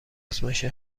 آزمایش